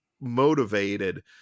motivated